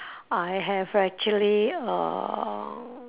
I have actually uh